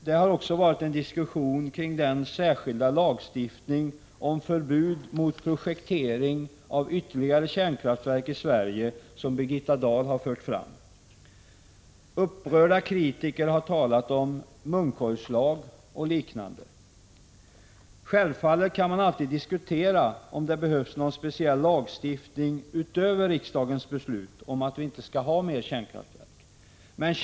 Det har också förts diskussion kring den särskilda lagstiftning om förbud mot projektering av ytterligare kärnkraftverk i Sverige som Birgitta Dahl har föreslagit. Upprörda kritiker har talat om munkavleslagstiftning och liknande. Självfallet kan man alltid diskutera om det behövs en speciell lagstiftning utöver riksdagens beslut om att vi inte skall ha fler Prot. 1985/86:124 kärnkraftverk.